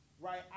right